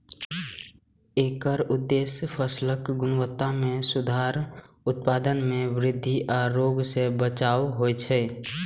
एकर उद्देश्य फसलक गुणवत्ता मे सुधार, उत्पादन मे वृद्धि आ रोग सं बचाव होइ छै